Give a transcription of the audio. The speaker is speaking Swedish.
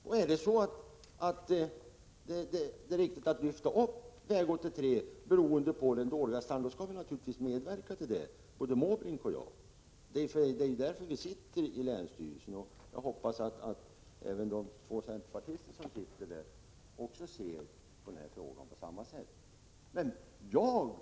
Om det är riktigt att lyfta upp angelägenhetsgraden för väg 83, beroende på vägens dåliga standard, skall vi naturligtvis medverka till det, både Bertil Måbrink och jag. Det är därför vi sitter i länsstyrelsens styrelse. Jag hoppas att de två centerpartister som också ingår i styrelsen ser på frågan på samma sätt.